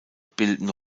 bilden